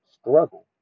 struggle